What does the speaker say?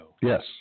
Yes